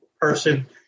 person